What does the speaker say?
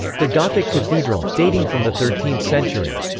the gothic cathedral, dating from the thirteenth century.